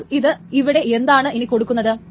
അപ്പോൾ ഇത് ഇവിടെ എന്താണ് ഇനി കൊടുക്കുന്നത്